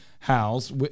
House